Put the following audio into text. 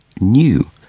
new